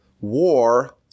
War